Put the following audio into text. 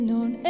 on